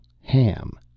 Ham